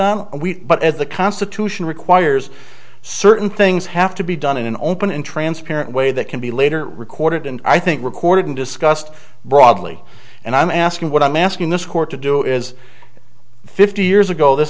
on we but at the constitution requires certain things have to be done in an open and transparent way that can be later recorded and i think recorded and discussed broadly and i'm asking what i'm asking this court to do is fifty years ago this